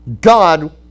God